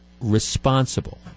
responsible